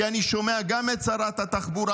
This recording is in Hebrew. כי אני שומע גם את שרת התחבורה,